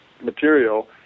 material